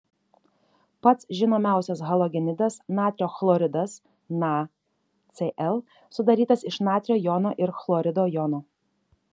pats žinomiausias halogenidas natrio chloridas nacl sudarytas iš natrio jono ir chlorido jono